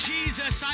Jesus